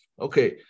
okay